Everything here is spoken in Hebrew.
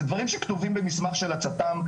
זה דברים שכתובים במסמך של הצט"מ,